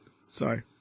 Sorry